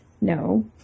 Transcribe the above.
No